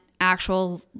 actual